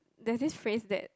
there's this phrase that